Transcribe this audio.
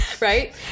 Right